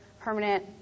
permanent